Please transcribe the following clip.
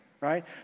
right